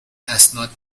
اسناد